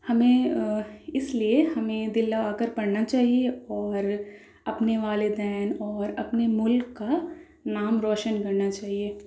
ہمیں اس لیے ہمیں دل لگا کر پڑھنا چاہیے اور اپنے والدین اور اپنے ملک کا نام روشن کرنا چاہیے